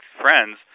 friends